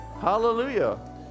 Hallelujah